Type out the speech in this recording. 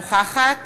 נוכחת